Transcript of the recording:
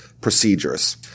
procedures